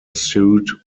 sued